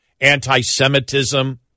anti-semitism